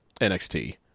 NXT